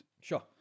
Sure